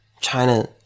China